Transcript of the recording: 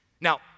Now